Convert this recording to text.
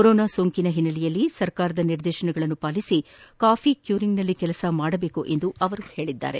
corona ಸೋಂಕಿನ ಹಿನ್ನೆಲೆಯಲ್ಲಿ ಸರ್ಕಾರದ ನಿರ್ದೇತನಗಳನ್ನು ಪಾಲಿಸಿ ಕಾಫಿ ಕ್ಯೂರಿಂಗ್ನಲ್ಲಿ ಕೆಲಸ ಮಾಡಬೇಕು ಎಂದು ಅವರು ತಿಳಿಸಿದ್ದಾರೆ